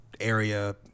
area